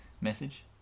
message